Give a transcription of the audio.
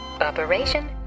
operation